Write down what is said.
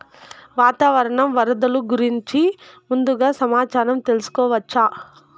వాతావరణం వరదలు గురించి ముందుగా సమాచారం తెలుసుకోవచ్చా?